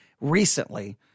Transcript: recently